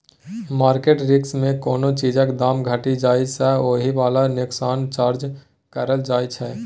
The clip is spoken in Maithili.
मार्केट रिस्क मे कोनो चीजक दाम घटि जाइ सँ होइ बला नोकसानक चर्चा करल जाइ छै